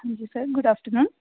ਹਾਂਜੀ sir good afternoon